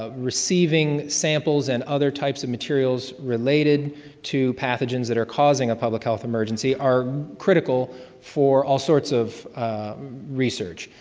ah receiving samples and other types of material related to pathogen that are causing a public health emergency are critical for all sorts of research.